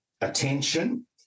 attention